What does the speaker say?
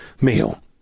meal